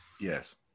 Yes